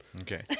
okay